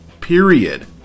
period